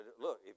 look